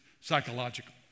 psychological